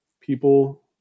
people